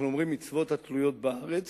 אנחנו אומרים, מצוות התלויות בארץ